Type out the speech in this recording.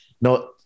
no